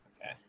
Okay